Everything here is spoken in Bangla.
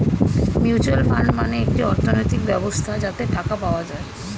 মিউচুয়াল ফান্ড মানে একটি অর্থনৈতিক ব্যবস্থা যাতে টাকা পাওয়া যায়